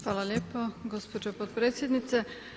Hvala lijepo gospođo potpredsjednice.